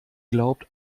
glaubt